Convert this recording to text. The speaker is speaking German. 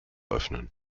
öffnen